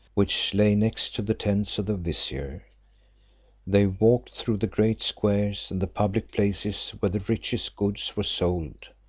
which lay next to the tents of the vizier they walked through the great squares and the public places where the richest goods were sold,